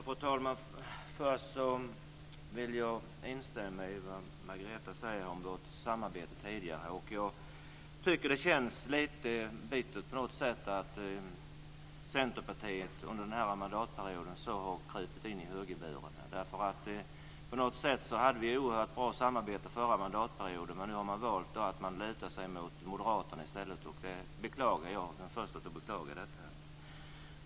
Fru talman! Först vill jag instämma i det som Margareta Andersson sade om vårt tidigare samarbete. Jag tycker att det känns lite bittert på något sätt att Centerpartiet under den här mandatperioden har krupit in i högerburen. På något sätt hade vi ett oerhört bra samarbete under den förra mandatperioden, men nu har man valt att luta sig mot moderaterna i stället, och det är jag den förste att beklaga.